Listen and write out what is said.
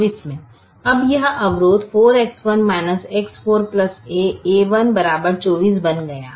तो यह अवरोध 4X1 X4 a1 24 बन गया